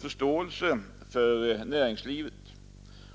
förståelse för näringslivet.